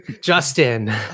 Justin